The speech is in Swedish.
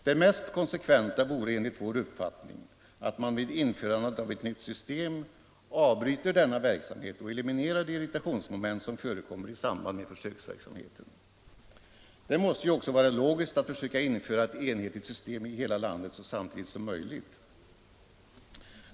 Det mest konsekventa vore enligt vår uppfattning att man vid införandet av ett nytt system avbryter denna verksamhet och eliminerar de irritationsmoment som förekommer i samband med försöksverksamheten. Det måste ju också vara logiskt att försöka införa ett enhetligt system i hela landet så samtidigt som möjligt.